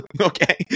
Okay